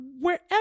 wherever